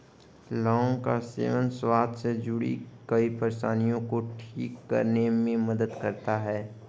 लौंग का सेवन स्वास्थ्य से जुड़ीं कई परेशानियों को ठीक करने में मदद करता है